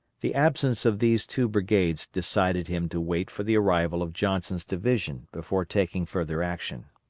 the absence of these two brigades decided him to wait for the arrival of johnson's division before taking further action.